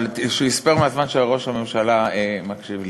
אבל שהוא ייספר מהזמן שראש הממשלה מקשיב לי.